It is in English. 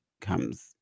comes